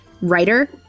writer